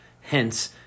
Hence